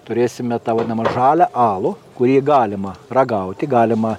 turėsime tą vadinamą žalią alų kurį galima ragauti galima